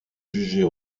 jugés